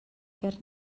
ger